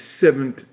seventh